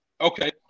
Okay